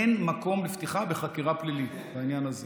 אין מקום לפתיחה בחקירה פלילית בעניין הזה.